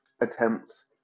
attempts